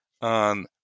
on